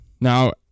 Now